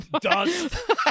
dust